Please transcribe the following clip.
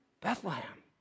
Bethlehem